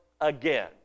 again